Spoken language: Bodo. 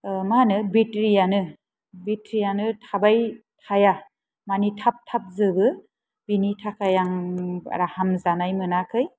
मा होनो बेटारिआनो बेटारिआनो थाबाय थाया मानि थाब थाब जोबो बिनि थाखाय आं बारा हामजानाय मोनाखै